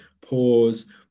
pause